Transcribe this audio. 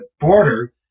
border